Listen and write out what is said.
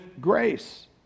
grace